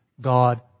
God